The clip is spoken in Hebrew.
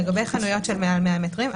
לגבי חנויות של מעל 100 מטרים,